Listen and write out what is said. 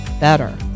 better